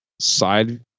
side